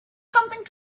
something